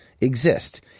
exist